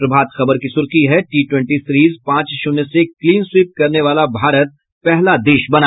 प्रभात खबर की सुर्खी है टी ट्वेंटी सीरिज पांच शून्य से क्लीनस्वीप करने वाला भारत पहला देश बना